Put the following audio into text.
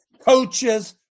Coaches